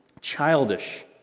childish